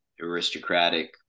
aristocratic